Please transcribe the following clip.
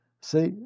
see